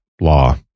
law